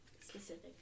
Specific